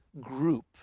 group